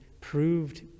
proved